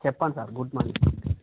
చెప్పండి sir good morning